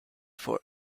for